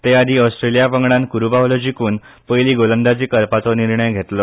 तेआदी ऑस्ट्रेलिया पंगडान कूरूबावलो जिकून पयली गोलंदाजी करपाचो निर्णय घेतलो